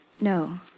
No